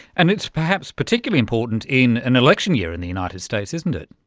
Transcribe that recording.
and it's perhaps particularly important in an election year in the united states, isn't it.